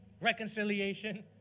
reconciliation